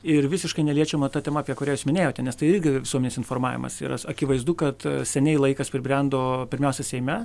ir visiškai neliečiama ta tema apie kurią jūs minėjote nes tai irgi visuomenės informavimas yra akivaizdu kad seniai laikas pribrendo pirmiausia seime